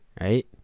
Right